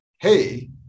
hey